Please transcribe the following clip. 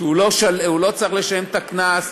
שהוא לא צריך לשלם את הקנס,